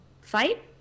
fight